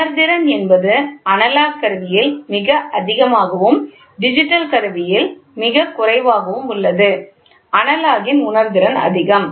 உணர்திறன் என்பது அனலாக் கருவியில் மிக அதிகமாகவும் டிஜிட்டல் கருவியில் மிகக் குறைவாகவும் உள்ளது அனலாக் உணர்திறன் அதிகம்